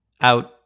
out